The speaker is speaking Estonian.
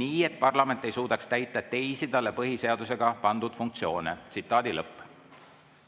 nii, et parlament ei suudaks täita teisi talle põhiseadusega pandud funktsioone. Riigikogu